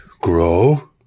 grow